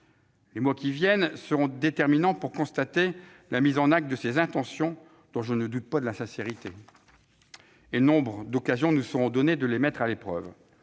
Les mois qui viennent seront déterminants pour constater la mise en actes de ces intentions, dont je ne doute pas de la sincérité. D'ailleurs, nous aurons nombre d'occasions de les mettre à l'épreuve